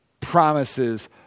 promises